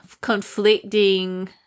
conflicting